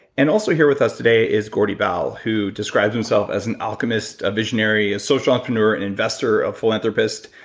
and also here with us today is gordy bal, who describes himself as an alchemist, a visionary, a social entrepreneur, an investor, a philanthropist,